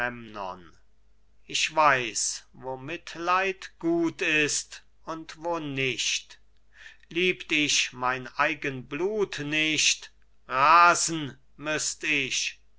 ich weiß wo mitleid gut ist und wo nicht liebt ich mein eigen blut nicht rasen müßt ich